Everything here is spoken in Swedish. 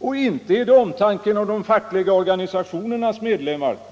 Och inte är det omtanken om de fackliga organisationernas medlemmar —